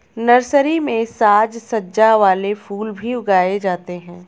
nursery में साज सज्जा वाले फूल भी उगाए जाते हैं